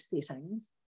settings